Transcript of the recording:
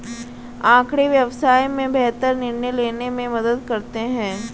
आँकड़े व्यवसाय में बेहतर निर्णय लेने में मदद करते हैं